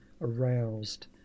aroused